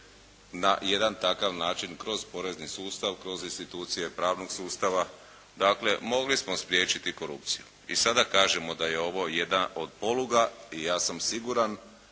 na jedan takav način kroz porezni sustav, kroz institucije pravnog sustava, dakle, mogli smo spriječiti korupciji. I sada kažemo da je ovo jedan od poluga i ja sam siguran